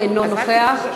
נוכח.